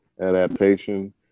adaptation